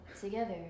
together